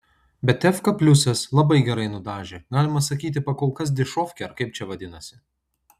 bet efka pliusas labai gerai nudažė galima sakyti pakolkas dišovkė ar kaip čia vadinasi